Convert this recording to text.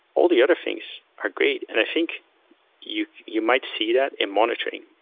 all the other things are great, and i think you you might see that in monitoring.